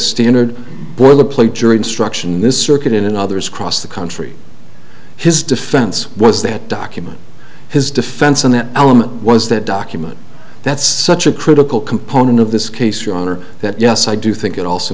standard boilerplate jury instruction in this circuit and others across the country his defense was that document his defense and that element was that document that's such a critical component of this case your honor that yes i do think it also